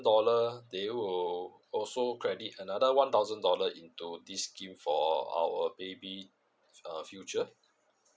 dollar they will go also credit another one thousand dollar in to this scheme for our baby uh future